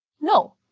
No